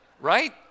right